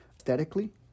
aesthetically